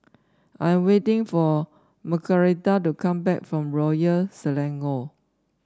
I'm waiting for Margarita to come back from Royal Selangor